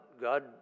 God